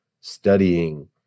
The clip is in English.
studying